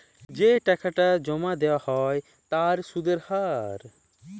যে টাকাটা জমা দেয়া হ্য় তার সুধের হার